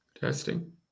Testing